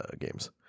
games